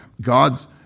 God's